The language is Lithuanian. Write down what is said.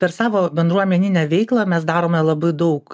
per savo bendruomeninę veiklą mes darome labai daug